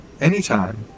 anytime